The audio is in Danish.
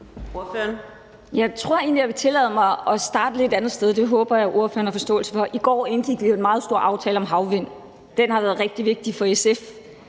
(SF): Jeg tror egentlig, jeg vil tillade mig at starte et lidt andet sted – det håber jeg at ordføreren har forståelse for. I går indgik vi en meget stor aftale om havvind. Den har været rigtig vigtig for SF.